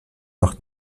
nach